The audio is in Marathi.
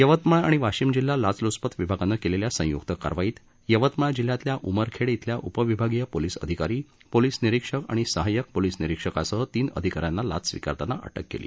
यवतमाळ आणि वाशिम जिल्हा लाच ल्चपत विभागानं केलेल्या संयुक्त कारवाईत यवतमाळ जिल्ह्यातल्या उमरखेड इथल्या उपविभागीय पोलीस अधिकारी पोलीस निरीक्षक आणि सहाय्यक पोलीस निरीक्षकासह तीन अधिकाऱ्यांना लाच स्विकारताना अटक केली